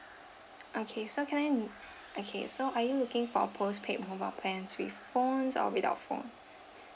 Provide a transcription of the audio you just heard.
okay so can I okay so are you looking for postpaid mobile plans with phones or without phone